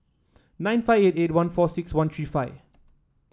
nine five eight eight one four six one three five